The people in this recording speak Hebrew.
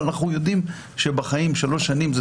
אבל אנחנו יודעים שבחיים 3 שנים זו